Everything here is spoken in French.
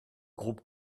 groupe